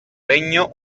regno